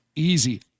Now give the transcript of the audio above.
easy